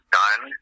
done